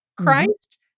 Christ